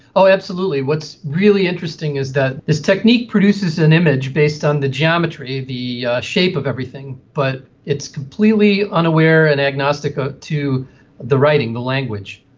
ah absolutely. what's really interesting is that this technique produces an image based on the geometry, the shape of everything, but it's completely unaware and agnostic ah to the writing, the language.